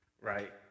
Right